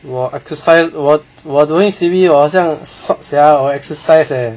我 exercise 我我 during C_B 我好像 sot sia 我 exercise eh